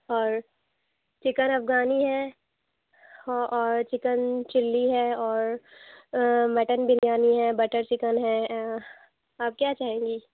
اور chicken Afghani ہے ہاں اور چکن چلی ہے اور مٹن بریانی ہے بٹر چکن ہے آپ کیا چاہیں گی